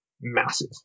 massive